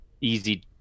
easy